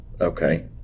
Okay